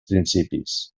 principis